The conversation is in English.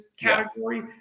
category